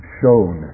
shown